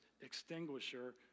extinguisher